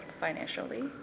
financially